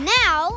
now